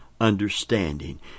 understanding